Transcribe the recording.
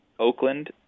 Oakland